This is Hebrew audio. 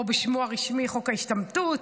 או בשמו הרשמי חוק ההשתמטות,